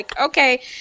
okay